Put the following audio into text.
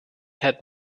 had